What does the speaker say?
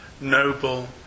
noble